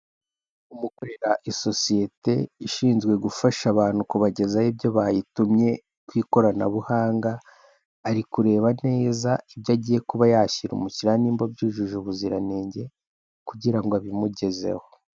Umwe ukorera isosiyete ishinze gufasha abantu kubagezaho ibyo babatumye ku ikoranabuhanga, ari kureba neza ibyo agiye kuba yashyira umukiriya niba byujuje ubuziranenge kugira ngo abimugezeho.